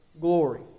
glory